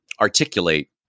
articulate